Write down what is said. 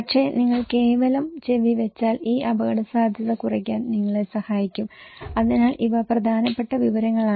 പക്ഷേ നിങ്ങൾ കേവലം ചെവി വെച്ചാൽ ഈ അപകടസാധ്യത കുറയ്ക്കാൻ നിങ്ങളെ സഹായിക്കും അതിനാൽ ഇവ പ്രധാനപ്പെട്ട വിവരങ്ങളാണ്